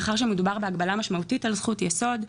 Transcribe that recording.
מאחר ומדובר על הגבלה משמעותית על זכות יסוד,